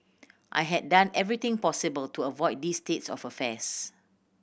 I had done everything possible to avoid this state of affairs